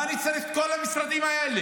מה אני צריך את כל המשרדים האלה?